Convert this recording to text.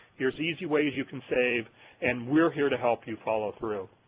here is easy ways you can save and we're here to help you follow through.